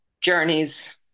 journeys